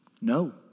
No